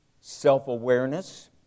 self-awareness